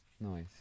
Nice